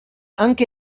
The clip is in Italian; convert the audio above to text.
anche